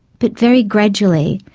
but very gradually,